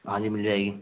हाँ जी मिल जाएगी